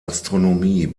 astronomie